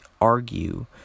argue